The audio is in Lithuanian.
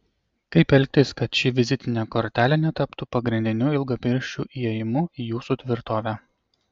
kaip elgtis kad ši vizitinė kortelė netaptų pagrindiniu ilgapirščių įėjimu į jūsų tvirtovę